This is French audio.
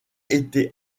été